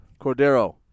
Cordero